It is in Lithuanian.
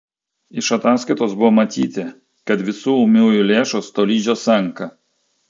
iš ataskaitos buvo matyti kad visų ūmiųjų lėšos tolydžio senka